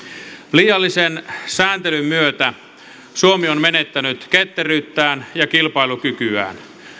liiallisen sääntelyn myötä suomi on menettänyt ketteryyttään ja kilpailukykyään